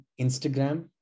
Instagram